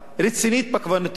רצינית בכוונותיה,